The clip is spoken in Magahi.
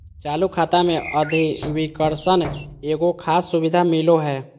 चालू खाता मे अधिविकर्षण एगो खास सुविधा मिलो हय